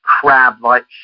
crab-like